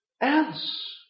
else